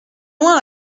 loin